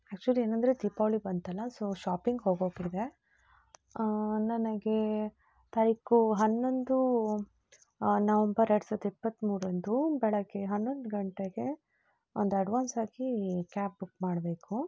actually ಏನೆಂದ್ರೆ ದೀಪಾವಳಿ ಬಂತಲ್ಲ so shopping ಹೋಗೋಕಿದೆ ನನಗೆ ತಾರೀಕು ಹನ್ನೊಂದು ನವಂಬರ್ ಎರಡು ಸಾವಿರದ ಇಪ್ಪತ್ತಮೂರಂದು ಬೆಳಿಗ್ಗೆ ಹನ್ನೊಂದು ಗಂಟೆಗೆ ಒಂದು ಅಡ್ವಾನ್ಸ್ ಆಗಿ ಕ್ಯಾಬ್ ಬುಕ್ ಮಾಡಬೇಕು